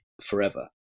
forever